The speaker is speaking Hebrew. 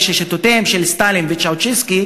הרי ששיטותיהם של סטלין ושל צ'אושסקו